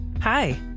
Hi